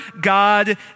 God